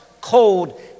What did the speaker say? cold